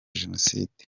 jenoside